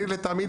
אני לטעמי,